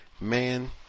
Man